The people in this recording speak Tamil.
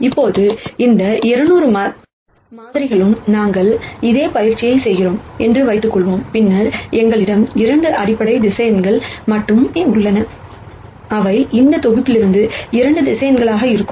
இப்போது இந்த 200 மாதிரிகளுக்கும் நாங்கள் அதே பயிற்சியைச் செய்கிறோம் என்று வைத்துக் கொள்வோம் பின்னர் எங்களிடம் 2 அடிப்படை வெக்டர்ஸ் மட்டுமே உள்ளன அவை இந்த தொகுப்பிலிருந்து 2 வெக்டர்ஸ் இருக்கும்